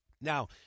Now